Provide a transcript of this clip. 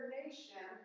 nation